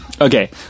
Okay